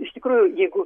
iš tikrųjų jeigu